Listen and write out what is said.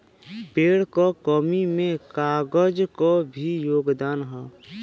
पेड़ क कमी में कागज क भी योगदान हौ